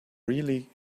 really